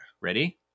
Ready